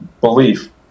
Belief